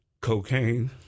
cocaine